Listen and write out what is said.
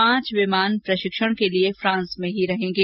पांच विमान प्रशिक्षण के लिए फ्रांस में ही रहेंगे